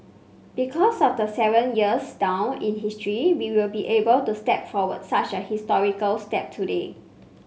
because of the seven years down in history we will be able to step forward such a historical step today